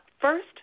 First